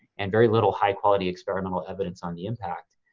and very little high quality experimental evidence on the impact.